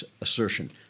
assertion